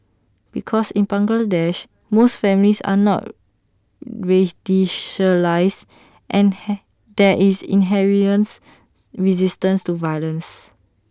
because in Bangladesh most families are not radicalised and he there is inherent resistance to violence